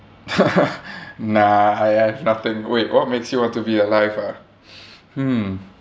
nah I I've nothing wait what makes you want to be alive ah hmm